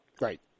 Right